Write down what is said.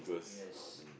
yes